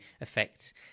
effect